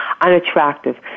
unattractive